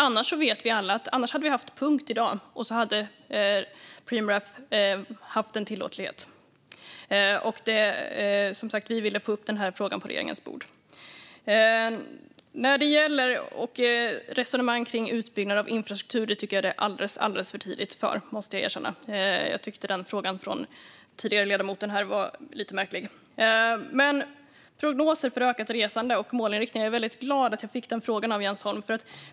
Annars vet vi alla att vi hade haft punkt i dag, och så hade Preemraff haft en tillåtlighet. Vi ville som sagt få upp frågan på regeringens bord. Resonemang kring utbyggnad av infrastruktur tycker jag att det är alldeles för tidigt för, måste jag erkänna. Jag tyckte att den frågan från en tidigare talare var lite märklig. Men jag är väldigt glad att jag fick frågan om prognoser för ökat resande och målinriktningar av Jens Holm.